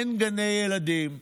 אין גני ילדים.